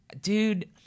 dude